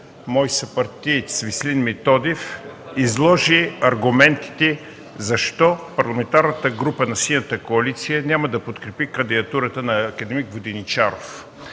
мой съпартиец – Веселин Методиев, изложи аргументите защо Парламентарната група на Синята коалиция няма да подкрепи кандидатурата на акад. Воденичаров.